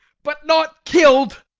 but not kill'd.